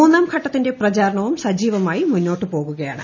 മൂന്നാം ഘട്ടത്തിന്റെ പ്രചാരണവും സജീവമായി മുന്നോട്ടു പ്ലോപ്പുകയാണ്